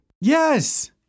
Yes